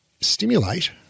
stimulate